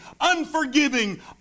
unforgiving